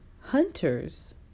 Hunter's